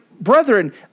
brethren